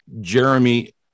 Jeremy